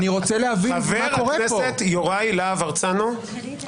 חבר הכנסת יוראי להב הרצנו,